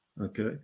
Okay